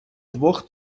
двох